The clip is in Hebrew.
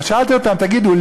שאלתי אותם: תגידו,